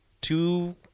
two